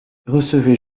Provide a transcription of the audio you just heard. recevez